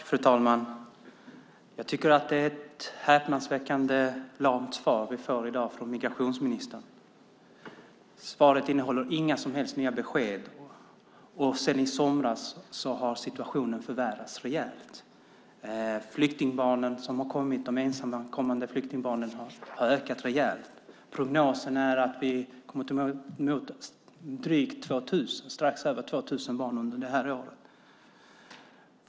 Fru talman! Det var ett häpnadsväckande lamt svar jag fick av migrationsministern. Svaret innehöll inga som helst nya besked. Sedan i somras har situationen förvärrats rejält. Antalet ensamkommande flyktingbarn har ökat avsevärt. Prognosen är att det kommer strax över 2 000 barn i år.